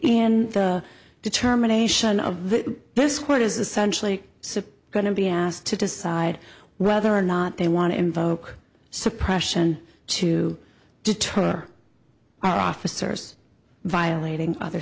in the determination of this court is essentially so going to be asked to decide whether or not they want to invoke suppression to deter our officers violating other